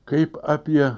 kaip apie